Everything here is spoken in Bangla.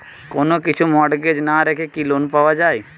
কোন কিছু মর্টগেজ না রেখে কি লোন পাওয়া য়ায়?